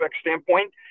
standpoint